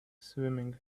swimming